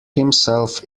himself